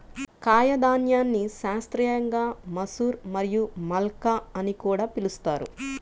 కాయధాన్యాన్ని శాస్త్రీయంగా మసూర్ మరియు మల్కా అని కూడా పిలుస్తారు